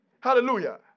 Hallelujah